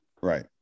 right